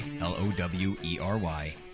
L-O-W-E-R-Y